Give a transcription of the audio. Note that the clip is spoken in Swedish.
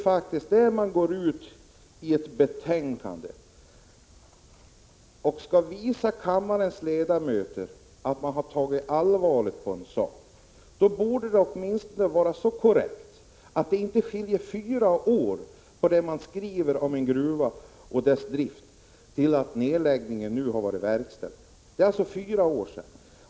När man går ut med ett betänkande och skall visa kammarens ledamöter att man har tagit allvarligt på en sak, borde det åtminstone lämnas korrekta uppgifter. Det får inte vara så att det man skriver om en gruva är inaktuellt sedan fyra år tillbaka.